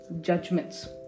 judgments